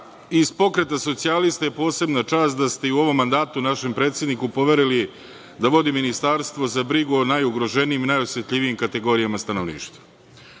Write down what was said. iz Pokreta socijalista je posebna čast da ste i u ovom mandatu našem predsedniku poverili da vodi ministarstvo za brigu o najugroženijim i najosetljivijim kategorijama stanovništva.